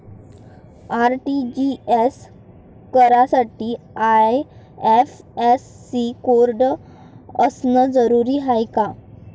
RTGS करासाठी IFSC code असनं जरुरीच हाय का?